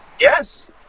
Yes